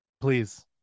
please